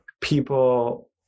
people